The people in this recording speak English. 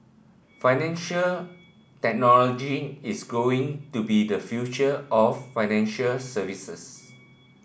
financial technology is going to be the future of financial services